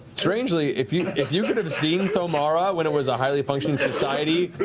strangely, if you if you could have seen thomara when it was a highly functioning society,